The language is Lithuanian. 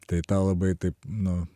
tai tą labai taip nu